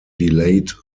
delayed